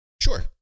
Sure